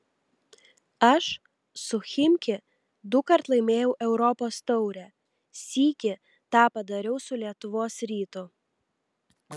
aš su chimki dukart laimėjau europos taurę sykį tą padariau su lietuvos rytu